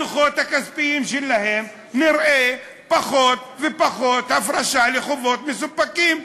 בדוחות הכספים שלהם נראה פחות ופחות הפרשה לחובות מסופקים.